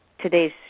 today's